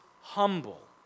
humble